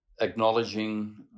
Acknowledging